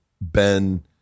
Ben